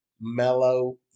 mellow